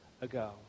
ago